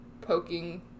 poking